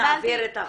נעביר את החוק.